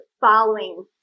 following